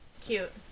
Cute